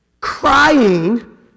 crying